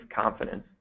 confidence